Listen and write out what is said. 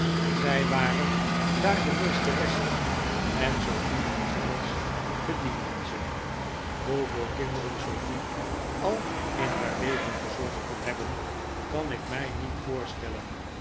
zij waren daar de meesteressen en sofie en traddles bedienden ze hoeveel kinderen ofie al in haar leven verzorgd kon hebben kan ik mij niet voorstellen